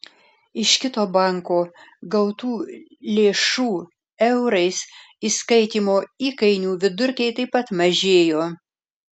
iš kito banko gautų lėšų eurais įskaitymo įkainių vidurkiai taip pat mažėjo